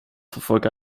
verfolge